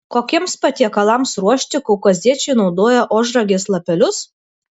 kokiems patiekalams ruošti kaukaziečiai naudoja ožragės lapelius